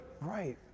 Right